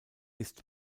ist